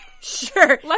sure